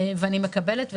אני מקבלת ותומכת.